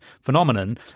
phenomenon